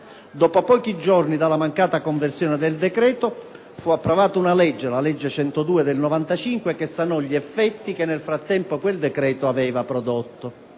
Dopo pochi giorni dalla mancata conversione del decreto, fu approvata una legge (la legge n. 102 del 1995) che sanò gli effetti che nel frattempo quel decreto aveva prodotto.